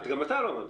גם אתה לא אמרת.